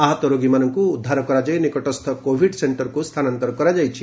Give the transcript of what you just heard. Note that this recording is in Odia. ଆହତ ରୋଗୀମାନଙ୍କୁ ଉଦ୍ଧାର କରାଯାଇ ନିକଟସ୍ଥ କୋଭିଡ୍ ସେକ୍ଷର୍କୁ ସ୍ଥାନାନ୍ତର କରାଯାଇଛି